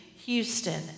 Houston